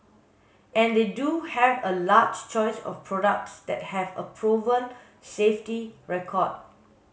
and they do have a large choice of products that have a proven safety record